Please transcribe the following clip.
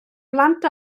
plant